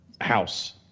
house